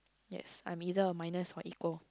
yes I'm either a minus or equal